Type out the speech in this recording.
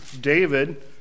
David